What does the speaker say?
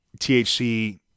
THC